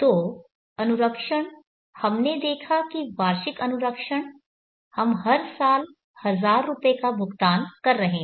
तो अनुरक्षण हमने देखा कि वार्षिक अनुरक्षण हम हर साल 1000 रुपये का भुगतान कर रहे हैं